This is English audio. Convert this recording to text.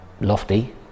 Lofty